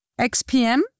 XPM